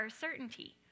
certainty